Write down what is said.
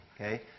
okay